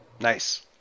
Nice